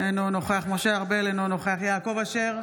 אינו נוכח משה ארבל, אינו נוכח יעקב אשר,